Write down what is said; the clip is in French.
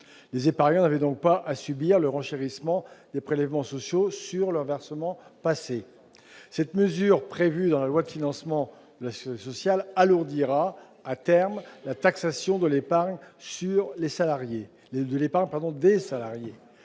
Les épargnants n'avaient donc pas à subir le renchérissement des prélèvements sociaux sur leurs versements passés. Cette mesure prévue dans la loi de financement de la sécurité sociale alourdira à terme la taxation de l'épargne des salariés.